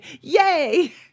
yay